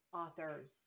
authors